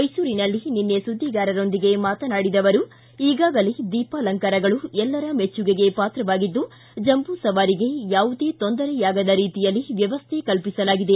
ಮೈಸೂರಿನಲ್ಲಿ ನಿನ್ನೆ ಸುದ್ದಿಗಾರರೊಂದಿಗೆ ಮಾತನಾಡಿದ ಅವರು ಈಗಾಗಲೇ ದೀಪಾಲಂಕಾರಗಳು ಎಲ್ಲರ ಮೆಚ್ಚುಗೆಗೆ ಪಾತ್ರವಾಗಿದ್ದು ಜಂಬೂ ಸವಾರರಿಗೆ ಯಾವುದೇ ತೊಂದರೆಯಾಗದ ರೀತಿಯಲ್ಲಿ ವ್ಯವಸ್ಥೆ ಕಲ್ಪಿಸಲಾಗಿದೆ